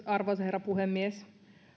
arvoisa herra puhemies